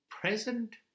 present